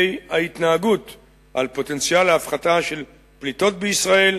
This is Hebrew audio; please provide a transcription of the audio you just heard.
ההתנהגות על פוטנציאל ההפחתה של פליטות בישראל.